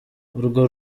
urwo